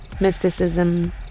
mysticism